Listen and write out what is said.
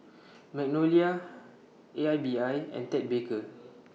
Magnolia A I B I and Ted Baker